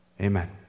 Amen